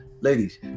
Ladies